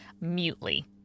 mutely